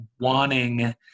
wanting